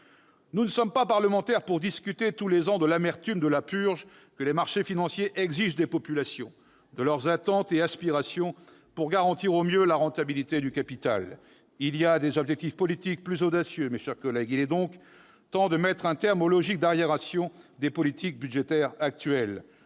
Nous ne siégeons pas au Parlement pour discuter tous les ans de l'amertume de la purge que les marchés financiers imposent aux populations, des attentes et des aspirations de ceux-ci en vue de garantir au mieux la rentabilité du capital. Il y a des objectifs politiques plus audacieux, mes chers collègues. Il est temps de mettre un terme aux logiques d'arriération des politiques budgétaires actuelles.